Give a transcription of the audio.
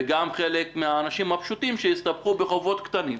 וגם חלק מן האנשים הפשוטים שהסתבכו בחובות קטנים,